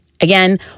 Again